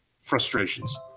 frustrations